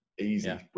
easy